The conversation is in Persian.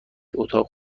اتاق